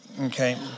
okay